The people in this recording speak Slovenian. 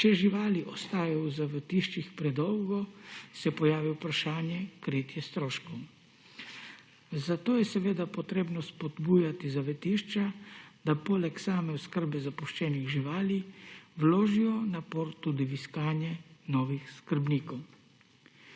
Če živali ostajajo v zavetiščih predolgo, se pojavi vprašanje kritja stroškov. Zato je seveda potrebno spodbujati zavetišča, da poleg same oskrbe zapuščenih živali vložijo napor tudi v iskanje novih skrbnikov.